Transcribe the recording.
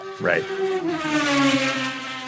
Right